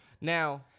Now